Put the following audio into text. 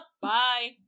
bye